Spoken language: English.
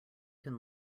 can